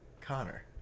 Connor